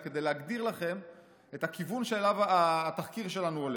כדי להגדיר לכם את הכיוון שאליו התחקיר שלנו הולך.